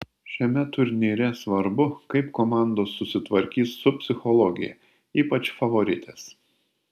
šiame turnyre svarbu kaip komandos susitvarkys su psichologija ypač favoritės